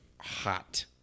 hot